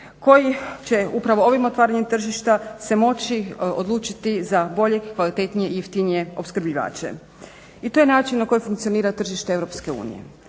koji će upravo ovim otvaranjem tržišta se moći odlučiti za bolje i kvalitetnije i jeftinije opskrbljivače. I to je način na koji funkcionira tržište EU.